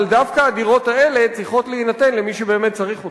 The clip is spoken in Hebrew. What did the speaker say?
אבל דווקא הדירות האלה צריכות להינתן למי שבאמת צריך אותן.